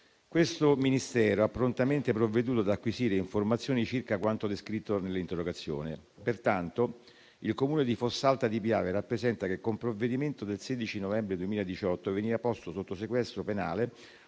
dell'ambiente ha prontamente provveduto ad acquisire informazioni circa quanto descritto nell'interrogazione. Pertanto, il Comune di Fossalta di Piave rappresenta che, con provvedimento del 16 novembre 2018, veniva posto sotto sequestro penale